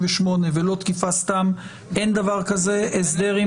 חובת הטלת המאסר,